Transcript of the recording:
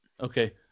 Okay